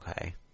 Okay